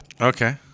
Okay